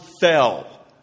fell